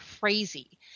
crazy